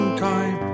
time